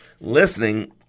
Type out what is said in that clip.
listening